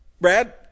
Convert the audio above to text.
Brad